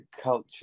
culture